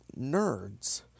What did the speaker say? nerds